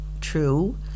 true